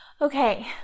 Okay